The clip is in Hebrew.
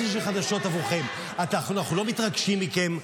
אז יש לי חדשות עבורכם: אנחנו לא מתרגשים מכם,